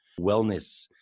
wellness